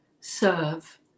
serve